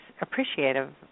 appreciative